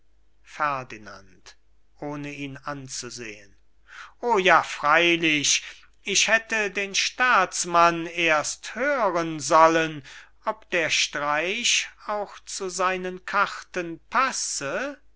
anzusehen o ja freilich ich hätte den staatsmann erst hören sollen ob der streich auch zu seinen karten passe